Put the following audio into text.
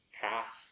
pass